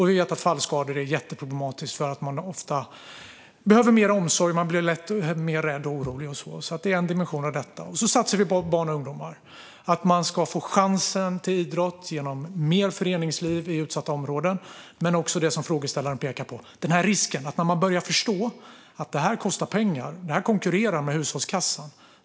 Vi vet att fallskador är jätteproblematiskt därför att man ofta behöver mer omsorg och man lätt blir mer rädd och orolig. Det är en dimension av detta. Vi satsar också på barn och ungdomar så att de ska få chans till idrott genom mer föreningsliv i utsatta områden. Vi har också det som frågeställaren pekar på, nämligen risken att man börjar förstå att det kostar pengar och konkurrerar med hushållskassan.